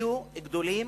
שיהיו גדולים